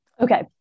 Okay